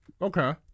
Okay